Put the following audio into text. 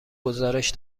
گزارش